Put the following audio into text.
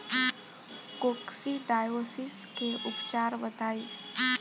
Coccidiosis के उपचार बताई?